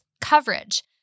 coverage